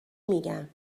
میگم